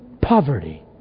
poverty